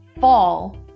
fall